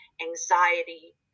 anxiety